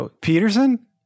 Peterson